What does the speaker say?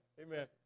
Amen